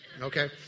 Okay